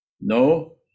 No